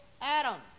Adam